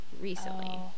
recently